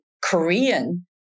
Korean